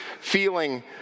feeling